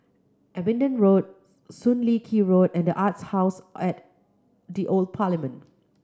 Abingdon Road Soon Lee Road and The Arts House at the Old Parliament